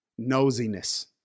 Nosiness